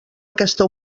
aquesta